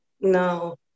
No